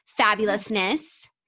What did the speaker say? fabulousness